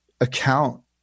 account